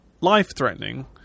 life-threatening